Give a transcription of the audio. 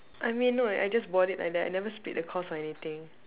I mean no I just bought it like that I never split the cost or anything